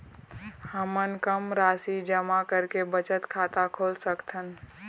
हमन कम राशि जमा करके बचत खाता खोल सकथन?